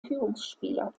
führungsspieler